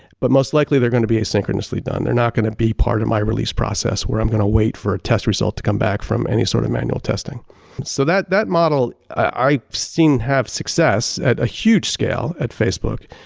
but most likely, they're going to be asynchronously done, they're not going to be part of my release process where i'm going to wait for a test result to come back from any sort of manual testing so that that model, i've seen have success, at huge scale at facebook.